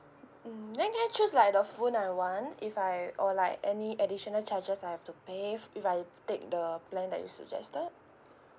mm then can I choose like the phone I want if I or like any additional charges I have to pay if I take the a plan that you suggested